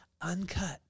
uncut